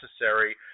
necessary